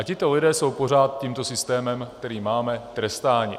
Tito lidé jsou pořád tímto systémem, který máme, trestáni.